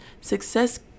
success